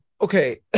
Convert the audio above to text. Okay